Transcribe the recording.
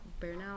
burnout